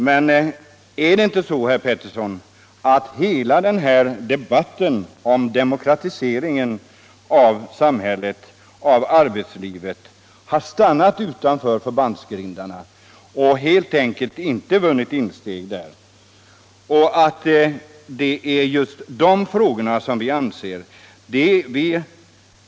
Men är det inte så, herr Petersson, att hela den här debatten om demokratiseringen av samhället och arbetslivet har stannat utanför förbandsgrindarna och helt enkelt inte vunnit insteg där? Vi anser det.